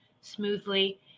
smoothly